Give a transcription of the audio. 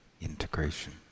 integration